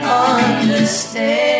understand